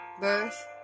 Birth